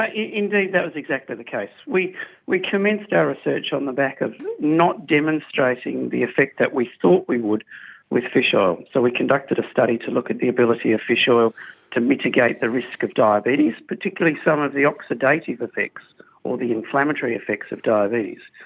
ah indeed that was exactly the case. we we commenced our research on the back of not demonstrating the effect that we thought we would with fish oil. so we conducted a study to look at the ability of fish oil to mitigate the risk of diabetes, particularly some of the oxidative effects or the inflammatory effects of diabetes.